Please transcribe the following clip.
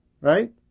right